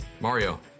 Mario